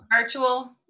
virtual